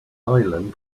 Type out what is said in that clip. island